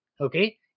okay